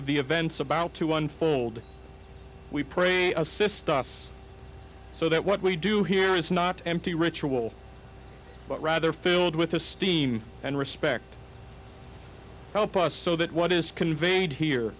of the events about to unfold we pray assist us so that what we do here is not empty ritual but rather filled with esteem and respect help us so that what is conveyed here